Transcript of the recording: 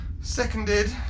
Seconded